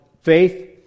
faith